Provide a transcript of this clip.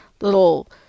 little